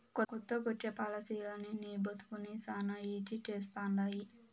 కొత్తగొచ్చే పాలసీలనీ నీ బతుకుని శానా ఈజీ చేస్తండాయి